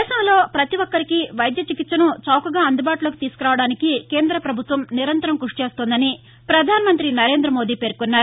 దేశంలో పతిఒక్కరికీ వైద్య చికిత్సను చౌకగా అందుబాటులోకి తీసుకు రావడానికి కేంద పభుత్వం నిరంతర కృషి చేస్తోందని ప్రధాన మంత్రి నరేందమోదీ పేర్కొన్నారు